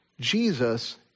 Jesus